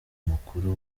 mukuru